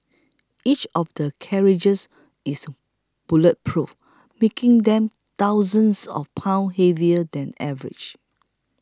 each of the carriages is bulletproof making them thousands of pounds heavier than average